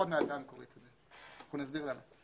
נסביר למה.